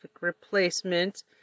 replacement